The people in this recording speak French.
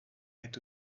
est